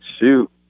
shoot